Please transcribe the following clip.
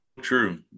true